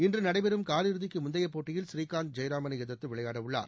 இன்று நடைபெறும் காலிறுதிக்கு முந்தைய போட்டியில் புரீகாந்த் ஜெயராமனை எதிர்த்து விளையாட உள்ளார்